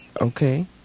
okay